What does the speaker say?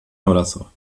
abrazo